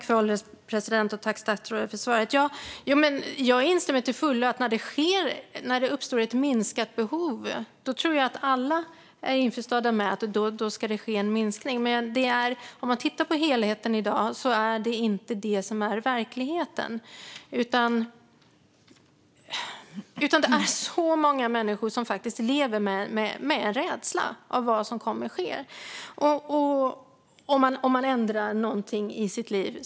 Fru ålderspresident! Jag tackar statsrådet för svaret. Jag instämmer till fullo - när det uppstår ett minskat behov tror jag att alla är införstådda med att det ska ske en minskning. Men om man tittar på helheten i dag ser man att det inte är det som är verkligheten. Det är många människor som faktiskt lever med rädsla för vad som kommer att ske om de ändrar något i sitt liv.